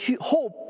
hope